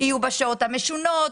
יהיו בשעות המשונות,